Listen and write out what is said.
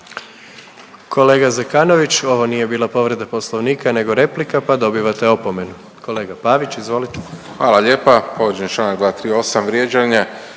Kolega Zekanović, ovo nije bila povreda Poslovnika nego replika, pa dobivate opomenu. Kolega Pavić, izvolite. **Pavić, Marko (HDZ)** Hvala lijepa.